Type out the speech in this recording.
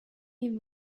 even